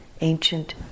ancient